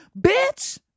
bitch